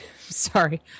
sorry